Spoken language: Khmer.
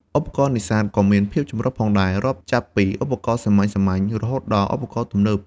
ឧបករណ៍នេសាទក៏មានភាពចម្រុះផងដែរ រាប់ចាប់ពីឧបករណ៍សាមញ្ញៗ រហូតដល់ឧបករណ៍ទំនើប។